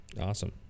Awesome